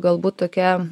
galbūt tokia